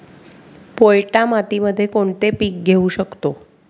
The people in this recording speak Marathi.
पोयटा मातीमध्ये कोणते पीक घेऊ शकतो?